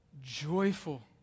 joyful